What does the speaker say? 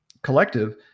collective